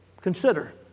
consider